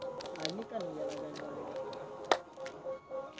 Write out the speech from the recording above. हमरा पढ़े के लेल कर्जा जे मिलते ऑनलाइन केना करबे?